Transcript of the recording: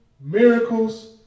miracles